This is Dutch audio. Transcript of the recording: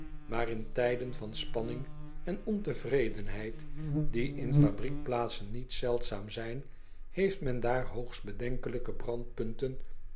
aar in tijden van spanning en ontevredenheid die in fabriekplaatsen niet zeldzaam zijn heeft men daar hoogst bedenkelijke